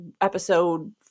episode